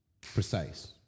precise